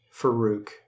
Farouk